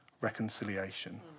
reconciliation